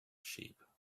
sheep